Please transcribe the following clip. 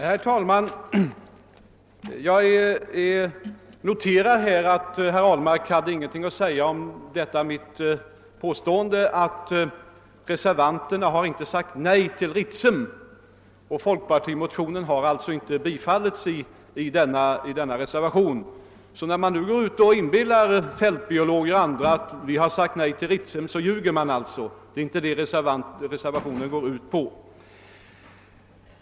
Herr talman! Jag noterar att herr Ahlmark inte hade någonting att anföra beträffande mitt påstående att reservanterna inte sagt nej till Ritsem; folkpartiets motion har alltså inte följts upp i reservationen. När man nu försöker inbilla fältbiologer och andra, att folkpartiet sagt nej till Ritsem, ljuger man alltså. Det är inte det reservationen går ut på.